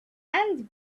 and